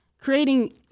creating